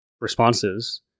responses